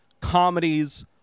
comedies